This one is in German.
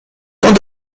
und